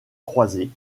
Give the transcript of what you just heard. croisés